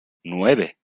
nueve